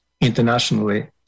internationally